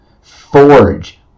Forge